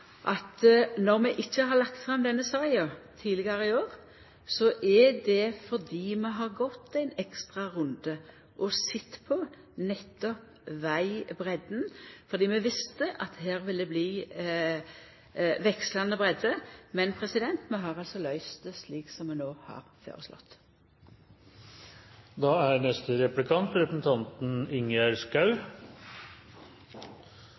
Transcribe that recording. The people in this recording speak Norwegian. at når vi ikkje har lagt fram denne saka tidlegare i år, er det fordi vi har gått ein ekstra runde og sett på nettopp vegbreidda, for vi visste at her ville det bli vekslande breidd. Men vi har løyst det slik som vi no har føreslått. Neste replikant er Ingjerd Schou.